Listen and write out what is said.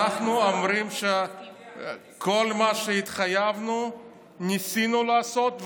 אנחנו אומרים שכל מה שהתחייבנו ניסינו לעשות,